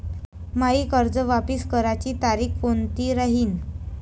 मायी कर्ज वापस करण्याची तारखी कोनती राहीन?